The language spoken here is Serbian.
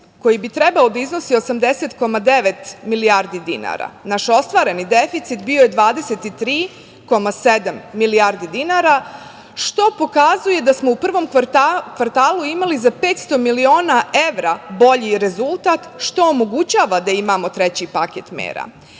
koji bi trebao da iznosi 80,9 milijardi dinara. Naš ostvareni deficit vio je 23,7 milijardi dinara, što pokazuje da smo u prvom kvartalu imali za 500 miliona evra bolji rezultat, što omogućava da imamo treći paket mera. Treći